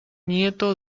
nieto